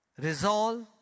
resolve